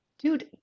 Dude